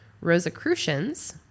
Rosicrucians